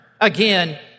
again